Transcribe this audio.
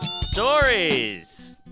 Stories